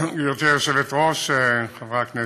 גברתי היושבת-ראש, חברי הכנסת,